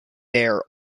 bear